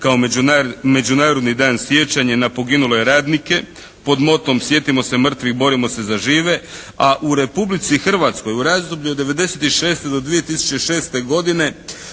kao Međunarodni dan sjećanja na poginule radnike, pod motom "Sjetimo se mrtvih, borimo se za žive.", a u Republici Hrvatskoj u razdoblju od '96. do 2006. godine